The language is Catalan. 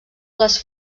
les